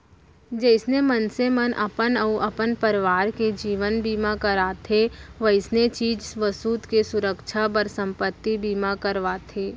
जइसे मनसे मन अपन अउ अपन परवार के जीवन बीमा करवाथें वइसने चीज बसूत के सुरक्छा बर संपत्ति बीमा करवाथें